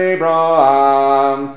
Abraham